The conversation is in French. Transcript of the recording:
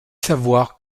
savoir